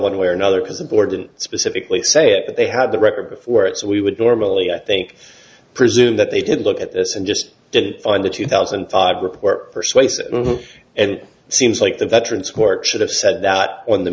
one way or another because the board didn't specifically say it but they had the record before it so we would normally i think presume that they did look at this and just didn't find the two thousand and five report persuasive and it seems like the veterans court should have said that on the